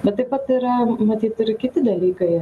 bet taip pat yra matyt ir kiti dalykai